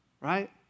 right